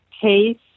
case